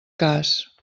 cas